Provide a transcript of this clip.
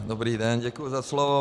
Dobrý den, děkuji za slovo.